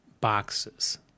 boxes